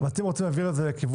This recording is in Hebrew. וגם מסמסים בנהיגה.